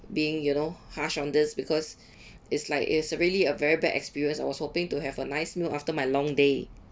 being you know harsh on this because it's like it's really a very bad experience I was hoping to have a nice meal after my long day